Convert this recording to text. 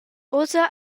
ussa